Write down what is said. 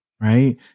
Right